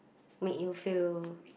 make you feel